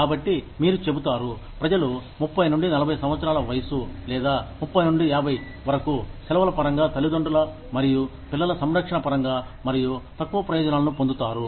కాబట్టి మీరు చెబుతారు ప్రజలు 30 నుండి 40 సంవత్సరాల వయసు లేదా 30 నుండి 50 వరకు సెలవుల పరంగా తల్లిదండ్రుల మరియు పిల్లల సంరక్షణ పరంగా మరియు తక్కువ ప్రయోజనాలను పొందుతారు